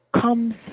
comes